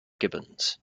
gibbons